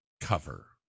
cover